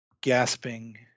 gasping